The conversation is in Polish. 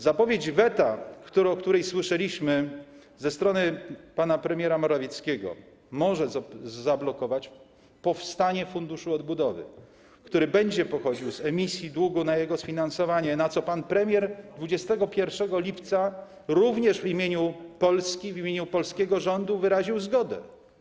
Zapowiedź weta, którą słyszeliśmy ze strony pana premiera Morawieckiego, może zablokować powstanie funduszu odbudowy, który ma pochodzić z emisji długu na jego sfinansowanie, na co pan premier 21 lipca również w imieniu Polski, w imieniu polskiego rządu wyraził zgodę.